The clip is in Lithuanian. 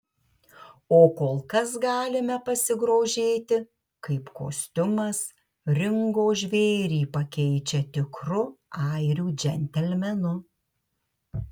o kol kas galime pasigrožėti kaip kostiumas ringo žvėrį pakeičia tikru airių džentelmenu